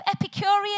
Epicurean